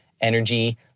energy